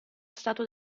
statua